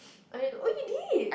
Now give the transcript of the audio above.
I need to oh you did